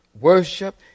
worship